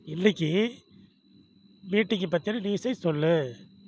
இன்னைக்கி மீட்டிங்கை பற்றின நியூஸை சொல்